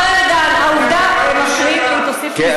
השר ארדן, העובדה, הם מפריעים לי, תוסיף לי זמן.